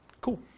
Cool